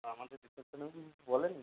আমাদের রিসেপশানেও কি কিছু বলেনি